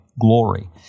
glory